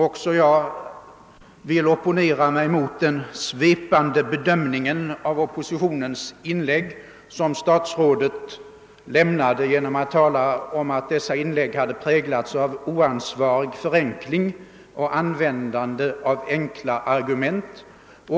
Också jag vill opponera mig mot den svepande bedömning av oppositionens inlägg som statsrådet gjorde genom att tala om att dessa inlägg hade präglats av oansvarig förenkling och användning av enkla argument.